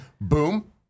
boom